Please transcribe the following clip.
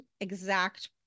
exact